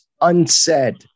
unsaid